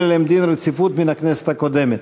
עליהם דין רציפות מן הכנסת הקודמת.